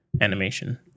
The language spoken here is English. animation